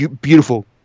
beautiful